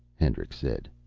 hendricks said.